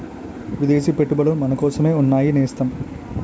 విదేశీ పెట్టుబడులు మనకోసమే ఉన్నాయి నేస్తం